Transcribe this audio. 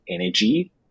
energy